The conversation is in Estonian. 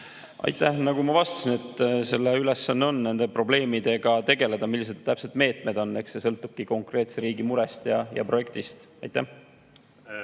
Aitäh! Nagu ma vastasin, et selle ülesanne on nende probleemidega tegeleda. See, millised meetmed täpselt on, sõltubki konkreetse riigi murest ja projektist. Aitäh!